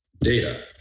data